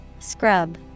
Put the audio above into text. Scrub